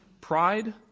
Pride